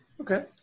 Okay